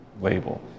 label